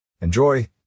Enjoy